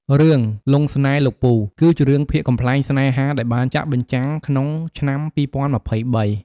រឿង "លង់ស្នេហ៍លោកពូ" គឺជារឿងភាគកំប្លែងស្នេហាដែលបានចាក់បញ្ចាំងក្នុងឆ្នាំ ២០២៣។